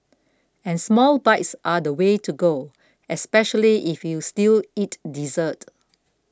and small bites are the way to go especially if you still eat dessert